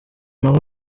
naho